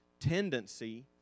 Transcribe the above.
tendency